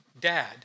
dad